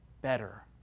better